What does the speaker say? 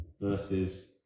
versus